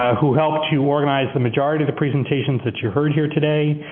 who helped to organize the majority of the presentations that you heard here today.